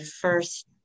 first